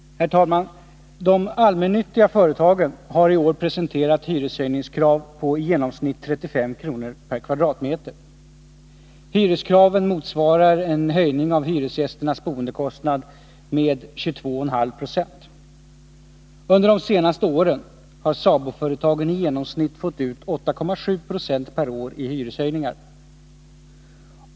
Herr talman! De allmännyttiga företagen har i år presenterat hyreshöjningskrav på i genomsnitt 35 kr. per kvadratmeter. Hyreskraven motsvarar en höjning av hyresgästernas boendekostnad med 22,5 96. Under de senaste åren har SABO-företagen i genomsnitt fått ut 8,7 Z0 per år i hyreshöjningar.